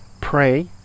Pray